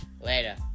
Later